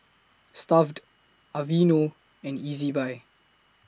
Stuff'd Aveeno and Ezbuy